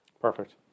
Perfect